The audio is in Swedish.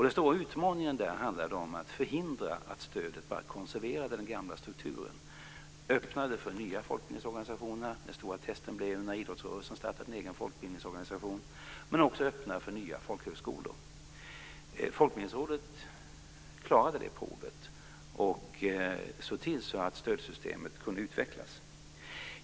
Den stora utmaningen där handlade om att förhindra att stödet bara konserverade den gamla strukturen och i stället öppna för nya folkbildningsorganisationer och nya folkhögskolor. Den stora testen blev när idrottsrörelsen startade en egen folkbildningsorganisation. Folkbildningsrådet klarade det provet och såg till så att stödsystemet kunde utvecklas.